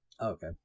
Okay